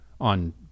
On